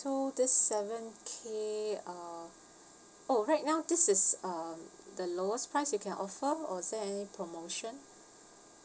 so this seven K uh oh right now this is um the lowest price you can offer or is there any promotion